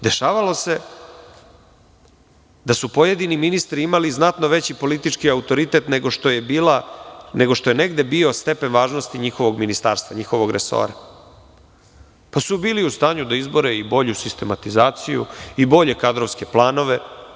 Dešavalo se da su pojedini ministri imali znatno veći politički autoritet nego što je negde bio stepen važnosti njihovog ministarstva, njihovog resora, pa su bili u stanju da izbore i bolju sistematizaciju i bolje kadrovske planove.